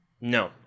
No